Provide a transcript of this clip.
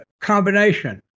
combination